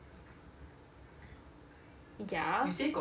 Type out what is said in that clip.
ya